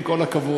עם כל הכבוד,